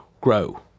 grow